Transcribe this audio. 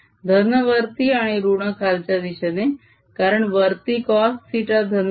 धन वरती आणि ऋण खालच्या दिशेने कारण वरती cos θ धन आहे